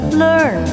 learn